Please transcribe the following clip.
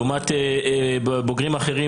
לעומת בוגרים אחרים,